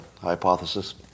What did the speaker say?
hypothesis